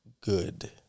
good